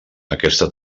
aquesta